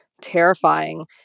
terrifying